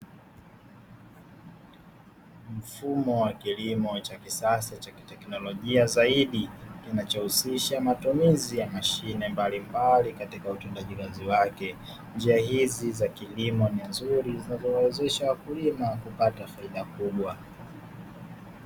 Mfumo wa kilimo cha kisasa cha kiteknolojia zaidi kinachohusisha matumizi ya mashine mbalimbali katika utendaji kazi wake, njia hizi za kilimo ni nzuri zinazowawezesha wakulima kupata faida kubwa.